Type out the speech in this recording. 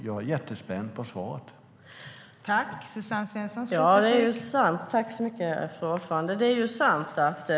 Jag är spänd på svaret.